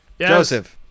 Joseph